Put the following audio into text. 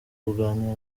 kuganira